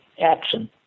action